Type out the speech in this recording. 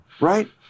right